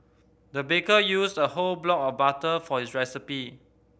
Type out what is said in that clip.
the baker used a whole block of butter for his recipe